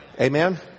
Amen